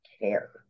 care